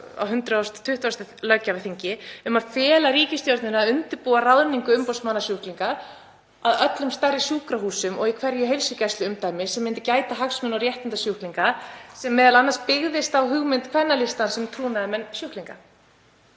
á 120. löggjafarþingi um að fela ríkisstjórninni að undirbúa ráðningu umboðsmanna sjúklinga að öllum stærri sjúkrahúsum og í hverju heilsugæsluumdæmi sem myndu gæta hagsmuna og réttinda sjúklinga, sem m.a. byggðist á hugmynd Kvennalistans um trúnaðarmenn sjúklinga.